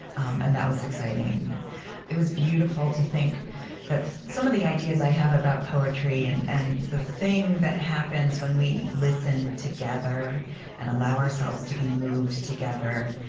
um and that was exciting it was beautiful to think that some of the ideas i have about poetry and and the thing that happens when we listen together and allow ourselves to be moved together.